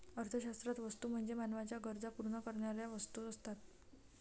अर्थशास्त्रात वस्तू म्हणजे मानवाच्या गरजा पूर्ण करणाऱ्या वस्तू असतात